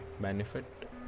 benefit